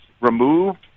removed